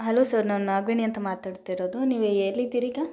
hello sir ನಾನು ನಾಗವೇಣಿ ಅಂತ ಮಾತಾಡ್ತಿರೊದು ನೀವು ಎಲ್ಲಿದ್ದಿರೀಗ